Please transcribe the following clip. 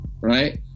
right